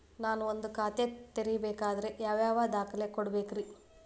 ನಾನ ಒಂದ್ ಖಾತೆ ತೆರಿಬೇಕಾದ್ರೆ ಯಾವ್ಯಾವ ದಾಖಲೆ ಕೊಡ್ಬೇಕ್ರಿ?